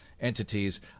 entities